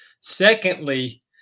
Secondly